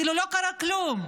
כאילו לא קרה כלום.